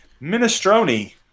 Minestrone